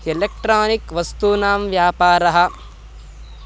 electronic वस्तूनां व्यापारः